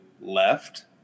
left